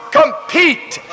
compete